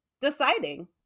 deciding